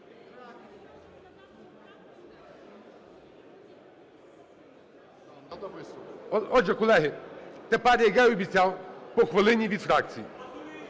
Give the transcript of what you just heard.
Отже, колеги, тепер, як я і обіцяв, по хвилині від фракцій.